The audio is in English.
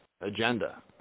agenda